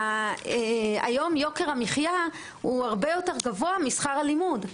והיום יוקר המחייה הוא הרבה יותר גבוהה משכר לימוד,